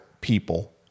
people